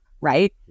Right